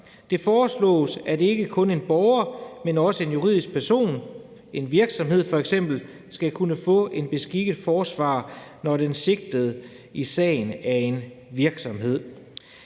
Det foreslås, at ikke kun en borger, men også en juridisk person, f.eks. en virksomhed, skal kunne få en beskikket forsvarer, når den sigtede i sagen er en virksomhed.